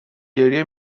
گریه